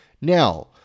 Now